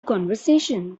conversation